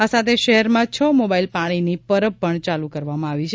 આ સાથે શહેરમાં છ મોબાઇલ પાણીની પરબ પણ ચાલુ કરવામાં આવી છે